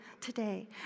today